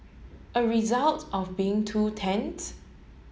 a result of being two tents